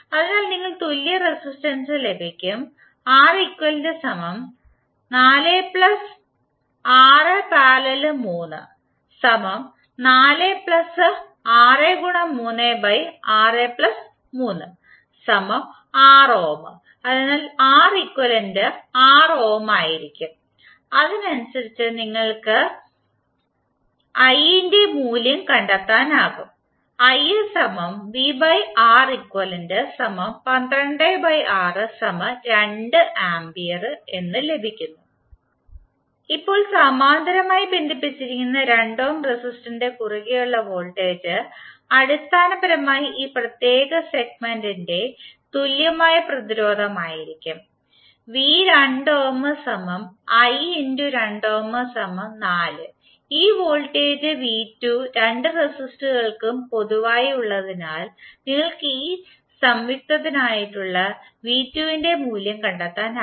അതിനാൽ നിങ്ങൾക്ക് തുല്യ റെസിസ്റ്റൻസ് ലഭിക്കും അതിനാൽ Req 6 ഓം ആയിരിക്കും അതനുസരിച്ച് നിങ്ങൾക്ക് കറന്റിന്റെ മൂല്യം കണ്ടെത്താനാകും A ഇപ്പോൾ സമാന്തരമായി ബന്ധിപ്പിച്ചിരിക്കുന്ന 2 ഓം റെസിസ്റ്ററിന്റെ കുറുകെ ഉള്ള വോൾട്ടേജ് അടിസ്ഥാനപരമായി ഈ പ്രത്യേക സെഗ്മെന്റിന്റെ തുല്യമായ പ്രതിരോധം ആയിരിക്കും ഈ വോൾട്ടേജ് v2 രണ്ട് റെസിസ്റ്ററുകൾക്കും പൊതുവായി ഉള്ളതായതിനാൽ നിങ്ങൾക്ക് ഈ സംയുതത്തിനായുള്ള v2 ന്റെ മൂല്യം കണ്ടെത്താനാകും